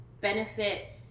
benefit